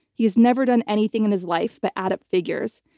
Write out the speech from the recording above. he's never done anything in his life but add up figures.